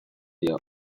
dio